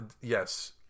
Yes